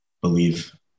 believe